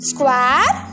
Square